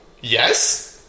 Yes